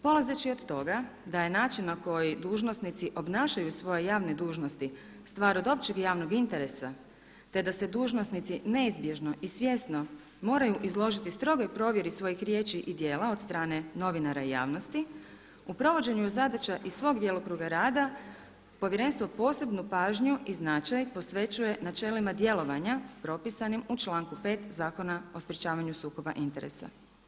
Polazeći od toga da je način na koji dužnosnici obnašaju svoje javne dužnosti stvar od općeg javnog interesa, te da se dužnosnici neizbježno i svjesno moraju izložiti strogoj provjeri svojih riječi i djela od strane novinara i javnosti u provođenju zadaća iz svog djelokruga rada, povjerenstvo posebnu žanju i značaj posvećuje načelima djelovanja propisanim u članku 5. Zakona o sprečavanju sukoba interesa.